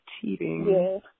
cheating